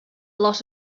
lot